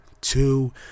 two